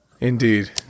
Indeed